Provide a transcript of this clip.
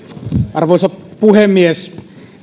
arvoisa puhemies